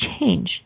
change